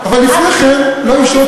לפני כן לא היו שעות,